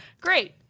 great